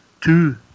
two